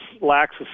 lacks